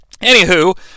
Anywho